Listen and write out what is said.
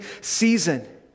season